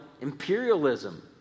imperialism